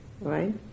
Right